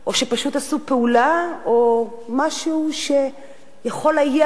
או שפשוט עשו פעולה או משהו שיכול היה